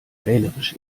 wählerisch